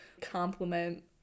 compliment